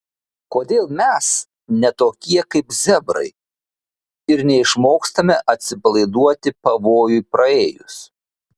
kodėl mes ne tokie kaip zebrai ir neišmokstame atsipalaiduoti pavojui praėjus